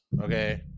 Okay